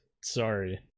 Sorry